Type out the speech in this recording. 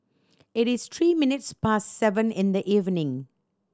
it is three minutes past seven in the evening